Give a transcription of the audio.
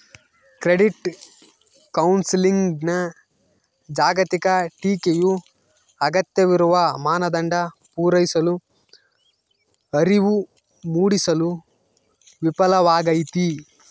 credit ಕೌನ್ಸೆಲಿಂಗ್ನ ಜಾಗತಿಕ ಟೀಕೆಯು ಅಗತ್ಯವಿರುವ ಮಾನದಂಡ ಪೂರೈಸಲು ಅರಿವು ಮೂಡಿಸಲು ವಿಫಲವಾಗೈತಿ